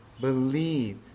Believe